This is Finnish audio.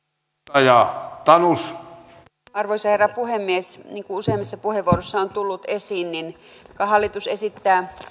arvoisa herra puhemies niin kuin useammissa puheenvuoroissa on tullut esiin niin vaikka hallitus esittää